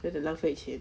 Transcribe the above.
just 很浪费钱